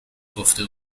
گفته